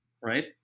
right